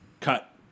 Cut